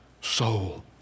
soul